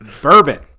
bourbon